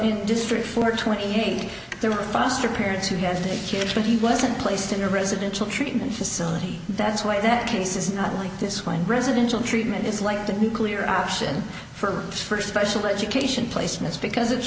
be district for twenty eight their foster parents who have kids but he wasn't placed in a residential treatment facility that's why that case is not like this one residential treatment is like the nuclear option for first special education placements because it's